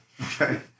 Okay